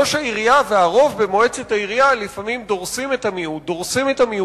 ראש העירייה והרוב במועצת העירייה לפעמים דורסים את המיעוט,